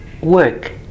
work